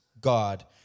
God